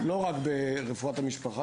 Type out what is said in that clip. לא רק ברפואת המשפחה,